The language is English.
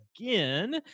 again